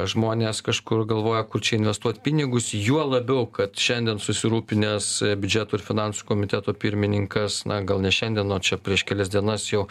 žmonės kažkur galvoja kur čia investuot pinigus juo labiau kad šiandien susirūpinęs biudžeto ir finansų komiteto pirmininkas na gal ne šiandien o čia prieš kelias dienas jau